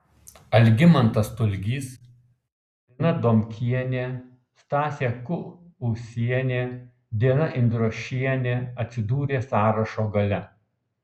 algimantas stulgys lina domkienė stasė kuusienė diana indriošienė atsidūrė sąrašo gale